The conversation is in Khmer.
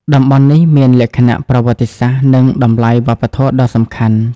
តំបន់នេះមានលក្ខណៈប្រវត្តិសាស្ត្រ និងតម្លៃវប្បធម៌ដ៏សំខាន់។